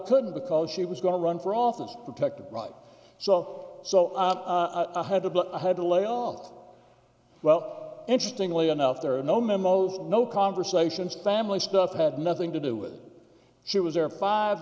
couldn't because she was going to run for office protected right so so i had to but i had to lay off well interestingly enough there are no memos no conversations family stuff had nothing to do with she was there five